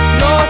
no